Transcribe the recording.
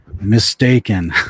mistaken